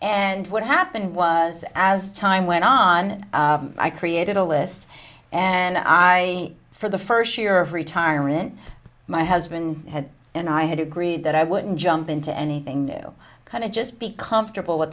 and what happened was as time went on i created a list and i for the first year of retirement my husband had and i had agreed that i wouldn't jump into anything kind of just be comfortable with